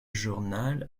journal